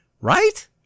right